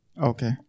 Okay